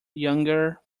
younger